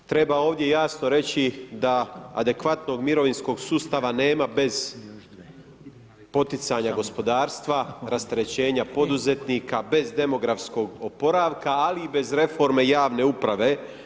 Treba ovdje jasno reći da adekvatnog mirovinskog sustava nema bez poticanja gospodarstva, rasterećenja poduzetnika, bez demografskog oporavka ali i bez reforme javne uprave.